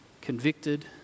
convicted